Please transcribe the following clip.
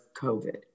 COVID